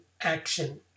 action